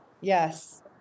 Yes